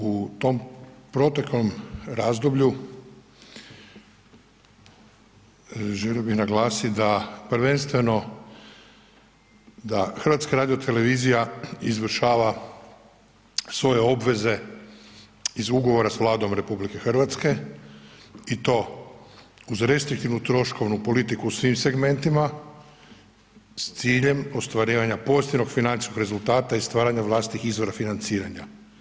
U tom proteklom razdoblju želio bih naglasiti da prvenstveno da HRT izvršava svoje obveze iz Ugovora s Vladom RH i to uz restriktivnu troškovnu politiku u svim segmentima s ciljem ostvarivanja pozitivnog financijskog rezultata i stvaranja vlastitih izvora financiranja.